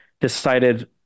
decided